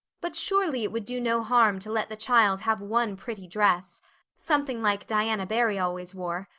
but surely it would do no harm to let the child have one pretty dress something like diana barry always wore.